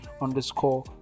underscore